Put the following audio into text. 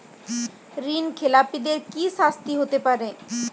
ঋণ খেলাপিদের কি শাস্তি হতে পারে?